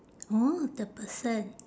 oh the person